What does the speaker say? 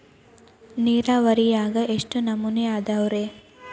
ನೇರಾವರಿಯಾಗ ಎಷ್ಟ ನಮೂನಿ ಅದಾವ್ರೇ?